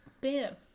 beer